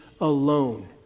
alone